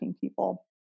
people